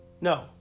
No